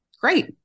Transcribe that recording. great